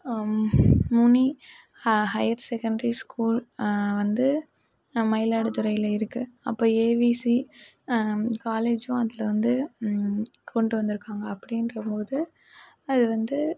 முனி ஹ higher secondary school வந்து மயிலாடுதுறையில் இருக்குது அப்போ ஏவிசி காலேஜூம் அதில் வந்து கொண்டு வந்திருக்காங்க அப்படின்ற போது அது வந்து